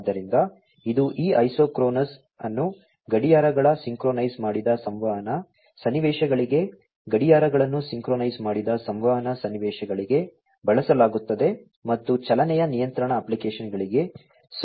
ಆದ್ದರಿಂದ ಇದು ಈ ಐಸೋಕ್ರೋನಸ್ ಅನ್ನು ಗಡಿಯಾರಗಳ ಸಿಂಕ್ರೊನೈಸ್ ಮಾಡಿದ ಸಂವಹನ ಸನ್ನಿವೇಶಗಳಿಗೆ ಗಡಿಯಾರಗಳನ್ನು ಸಿಂಕ್ರೊನೈಸ್ ಮಾಡಿದ ಸಂವಹನ ಸನ್ನಿವೇಶಗಳಿಗೆ ಬಳಸಲಾಗುತ್ತದೆ ಮತ್ತು ಚಲನೆಯ ನಿಯಂತ್ರಣ ಅಪ್ಲಿಕೇಶನ್ಗಳಿಗೆ ಸೂಕ್ತವಾಗಿದೆ